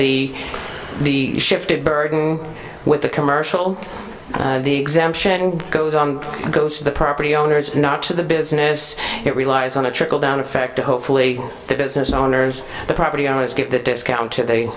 the the shifted burden with the commercial the exemption goes on goes to the property owners not to the business it relies on a trickle down effect hopefully the business owners the property owners get the discounted they the